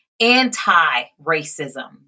anti-racism